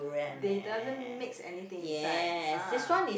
they doesn't mix anything inside ah